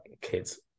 kids